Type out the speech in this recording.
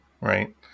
right